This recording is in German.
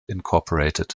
inc